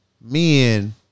men